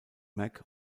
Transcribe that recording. mac